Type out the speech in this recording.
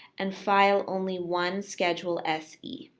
and file only one schedule se.